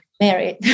married